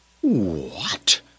What